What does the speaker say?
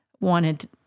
wanted